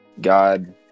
god